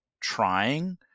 trying